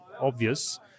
obvious